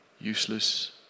useless